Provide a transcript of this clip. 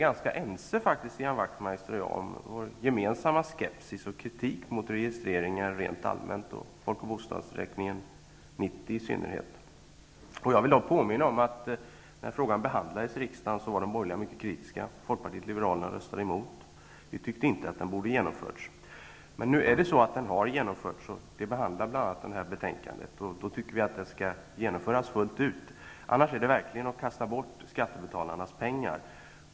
Ian Wachtmeister och jag faktiskt ganska ense. Vi delade samma skepsis och kritik mot registreringar rent allmänt, och i synnerhet mot Folk och bostadsräkning 90. Jag vill bara påminna om att när frågan behandlades i riksdagen var de borgerliga mycket kritiska. Folkpartiet liberalerna röstade emot förslaget. Vi ansåg att folk och bostadsräkningen inte borde genomföras. Nu har den genomförts, vilket bl.a. behandlas i detta betänkande. I det läget anser vi att folk och bostadsräkningen bör genomföras fullt ut. I annat fall kastar man verkligen bort skattebetalarnas pengar.